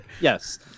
Yes